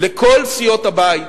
לכל סיעות הבית,